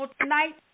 tonight